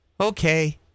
Okay